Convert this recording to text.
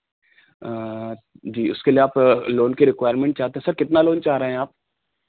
जी उसके लिए आप लोन की रिक्वायरमेंट चाहते सर कितना लोन चाह रहे हैं आप